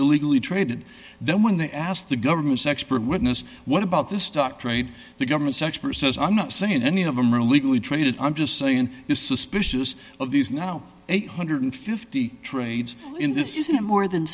illegally traded then when the asked the government's expert witness what about the stock trade the government's expert says i'm not saying any of them are illegally traded i'm just saying is suspicious of these now eight hundred and fifty trades in this isn't more than